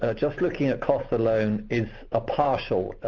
ah just looking at costs alone is a partial,